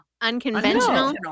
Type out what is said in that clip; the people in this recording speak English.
unconventional